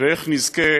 ואיך נזכה